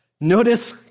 Notice